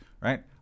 right